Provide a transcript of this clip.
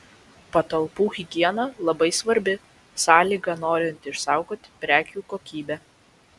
patalpų higiena labai svarbi sąlyga norint išsaugoti prekių kokybę